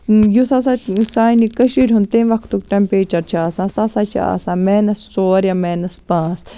یُس ہسا سانہِ کٔشیٖرِ ہُنٛد تَمہِ وَقتُک ٹیٚمپیچر چھُ آسان سُہ ہسا چھُ آسان ماینس ژور یا ماینس پانٛژھ